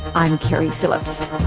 i'm keri phillips